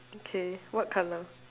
okay what color